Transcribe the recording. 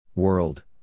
World